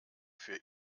für